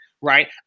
right